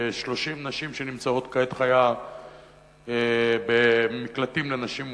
מדובר ב-30 נשים שנמצאות כעת חיה במקלטים לנשים מוכות.